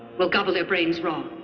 we'll gobble their brains raw.